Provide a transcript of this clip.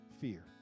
Fear